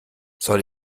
soll